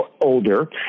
older